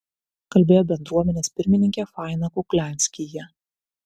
kalbėjo bendruomenės pirmininkė faina kuklianskyje